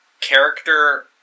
character